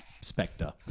Spectre